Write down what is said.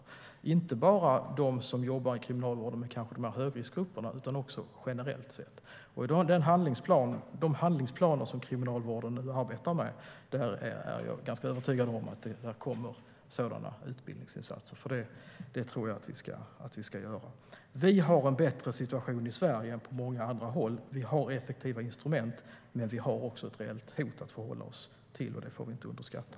Det gäller inte bara dem som jobbar i Kriminalvården med högriskgrupperna utan också generellt sett. Jag är övertygad om att det kommer att bli utbildningsinsatser i de handlingsplaner som Kriminalvården nu arbetar med. Vi har en bättre situation i Sverige än på många andra håll. Vi har effektiva instrument, men vi har också ett reellt hot att förhålla oss till. Det får vi inte underskatta.